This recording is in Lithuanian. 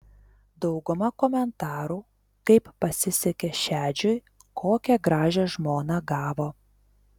dauguma komentarų kaip pasisekė šedžiui kokią gražią žmoną gavo